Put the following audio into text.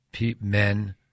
men